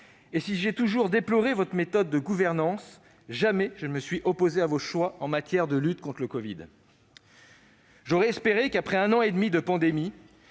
Et si j'ai également toujours déploré votre méthode de gouvernance, je ne me suis jamais opposé à vos choix en matière de lutte contre la covid-19. J'aurais espéré qu'après un an et demi de pandémie